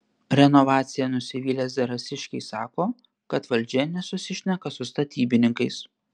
renovacija nusivylę zarasiškiai sako kad valdžia nesusišneka su statybininkais